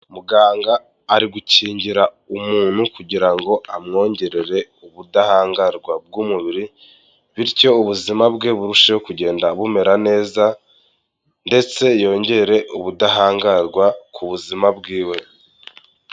Muganga ari gukingira umuntu kugira ngo amwongerere ubudahangarwa bw'umubiri, bityo ubuzima bwe burusheho kugenda bumera neza ndetse yongere ubudahangarwa ku buzima bw'iwe.